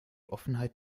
offenheit